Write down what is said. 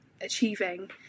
achieving